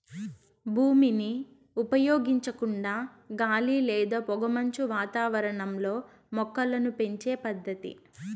భూమిని ఉపయోగించకుండా గాలి లేదా పొగమంచు వాతావరణంలో మొక్కలను పెంచే పద్దతి